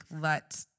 let